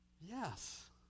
Yes